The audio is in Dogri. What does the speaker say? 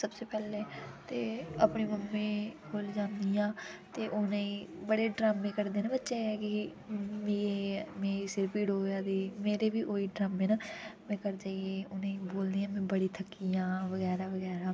सबसे पैह्ले ते अपनी मम्मी कोल ज'न्नी आं ते उ'नें ई बड़े ड्रामें करदे न बच्चे की मिगी मिगी सिर पीड़ होआ दी मेरे बी उ'ऐ ड्रामे न में घर जाई उ'नें गी बोलनी आं कि में बड़ी थ'क्की आं बगैरा बगैरा